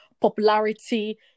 popularity